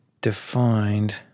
defined